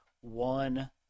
one